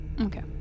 Okay